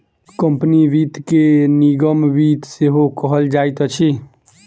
company वित्त के निगम वित्त सेहो कहल जाइत अछि